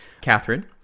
Catherine